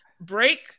break